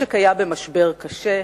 המשק היה במשבר קשה,